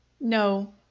No